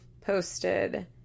posted